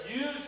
use